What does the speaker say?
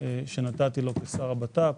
שנתתי לו כשר לביטחון הפנים.